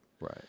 Right